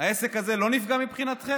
העסק הזה לא נפגע מבחינתכם?